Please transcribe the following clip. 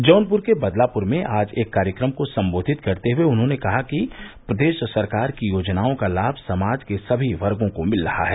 जौनपुर के बदलापुर में आज एक कार्यक्रम को संबोधित करते हुए उन्होंने कहा कि प्रदेश सरकार की योजनाओं का लाभ समाज के सभी वर्गो को मिल रहा है